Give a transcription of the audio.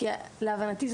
להבנתי,